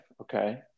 okay